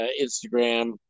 Instagram